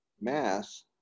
mass